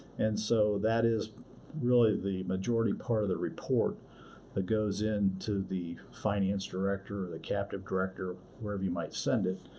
and so, that is really the majority part of the report that goes into the finance director or the captive director, wherever you might send it,